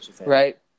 right